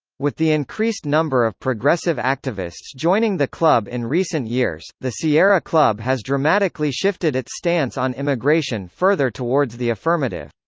with the increased number of progressive activists joining the club in recent years, the sierra club has dramatically shifted its stance on immigration further towards the affirmative.